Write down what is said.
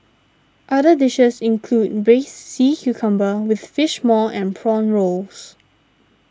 other dishes include Braised Sea Cucumber with Fish Maw and Prawn Rolls